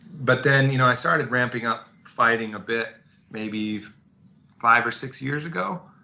but then you know i started ramping up fighting a bit maybe five or six years ago,